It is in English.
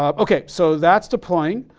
um okay, so that's the plane.